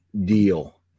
deal